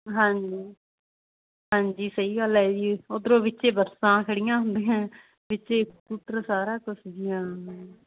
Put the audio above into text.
ਹਾਂਜੀ ਹਾਂਜੀ ਸਹੀ ਗੱਲ ਹੈ ਜੀ ਉੱਧਰੋਂ ਵਿੱਚੇ ਬੱਸਾਂ ਖੜੀਆਂ ਹੁੰਦੀਆਂ ਵਿੱਚੇ ਸਕੂਟਰ ਸਾਰਾ ਕੁਛ ਜੀ ਹਾਂ